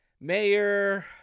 Mayor